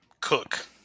Cook